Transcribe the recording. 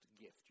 gift